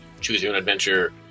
choose-your-own-adventure